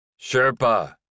Sherpa